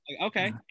okay